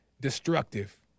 destructive